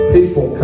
People